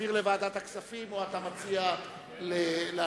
להעביר לוועדת הכספים או להסיר מסדר-היום?